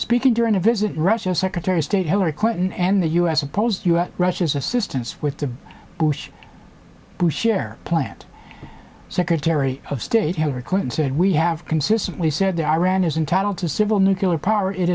speaking during a visit russia's secretary of state hillary clinton and the u s opposed u s russia's assistance with the bush to share plant secretary of state hillary clinton said we have consistently said that iran is entitled to civil nuclear power it